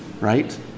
right